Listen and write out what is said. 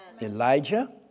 Elijah